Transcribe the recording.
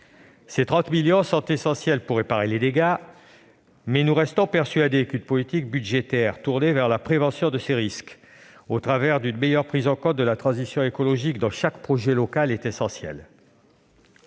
Ces 30 millions d'euros sont essentiels pour réparer les dégâts, mais nous restons persuadés qu'une politique budgétaire tournée vers la prévention de ces risques, au travers d'une meilleure prise en compte de la transition écologique dans chaque projet local, est essentielle.